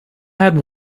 had